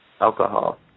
Alcohol